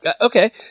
okay